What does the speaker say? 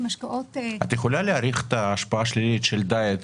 את יכולה להעריך את ההשפעה השלילית של דיאט